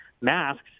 masks